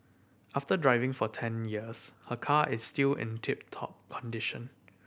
after driving for ten years her car is still in tip top condition